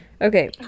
okay